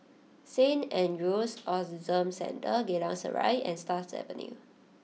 Saint Andrew's Autism Centre Geylang Serai and Stars Avenue